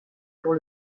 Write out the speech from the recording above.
pour